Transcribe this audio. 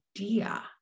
idea